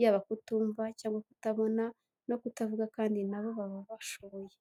yaba kutumva cyangwa kutabona no kutavuga kandi na bo baba bashoboye.